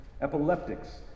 epileptics